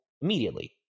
immediately